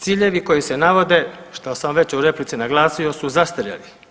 Ciljevi koji se navode što sam već u replici naglasio su zastarjeli.